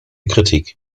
kritik